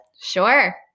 sure